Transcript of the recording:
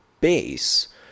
base